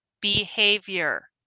behavior